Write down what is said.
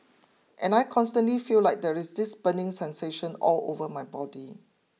and I constantly feel like there is this burning sensation all over my body